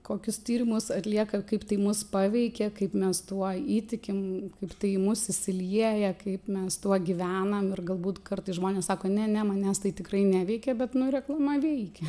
kokius tyrimus atlieka kaip tai mus paveikia kaip mes tuo įtikim kaip tai į mus išsilieja kaip mes tuo gyvenam ir galbūt kartais žmonės sako ne ne manęs tai tikrai neveikia bet nu reklama veikia